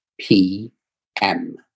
P-M